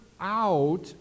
out